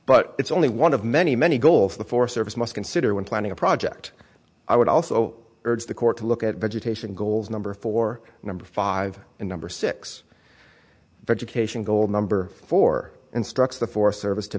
but it's only one of many many goals the forest service must consider when planning a project i would also urge the court to look at vegetation goals number four number five and number six vegetation goal number four instructs the forest service to